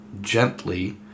gently